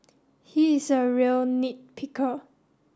he is a real nit picker